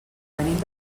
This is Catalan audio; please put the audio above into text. venim